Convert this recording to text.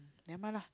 nevermind lah